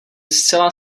zcela